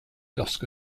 lorsque